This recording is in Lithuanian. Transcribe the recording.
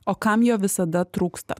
o kam jo visada trūksta